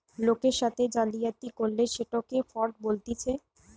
লোকের সাথে জালিয়াতি করলে সেটকে ফ্রড বলতিছে